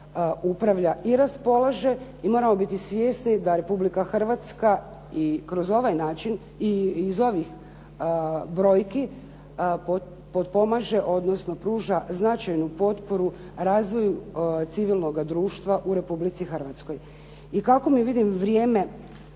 upravlja i raspolaže i moramo biti svjesni da Republika Hrvatska i kroz ovaj način i iz ovih brojki potpomaže, odnosno pruža značajnu potporu razvoju civilnoga društva u Republici Hrvatskoj. I kako mi vidim vrijeme